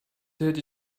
tät